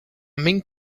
mink